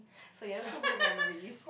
so you have good memories